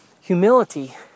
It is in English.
humility